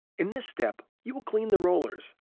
in this step, you will clean the rollers.